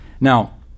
Now